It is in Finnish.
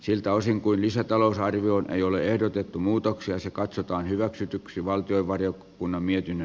siltä osin kuin lisätalousarvioon ei ole ehdotettu muutoksia se katsotaan hyväksytyksi vartioiva ja punamiehinä